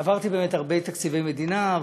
עברתי באמת הרבה תקציבי מדינה,